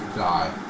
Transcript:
die